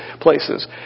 places